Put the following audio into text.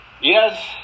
yes